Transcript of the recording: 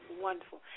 Wonderful